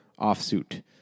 offsuit